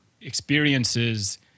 experiences